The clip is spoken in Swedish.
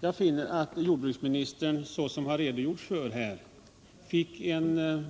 Jag finner att jordbruksministern, såsom han redogjort för här, fick en